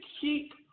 keep